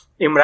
Imran